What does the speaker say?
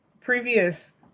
previous